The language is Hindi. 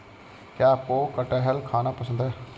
क्या आपको कठहल खाना पसंद है?